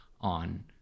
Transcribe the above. on